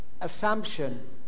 assumption